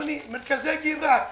מרכזי דירה,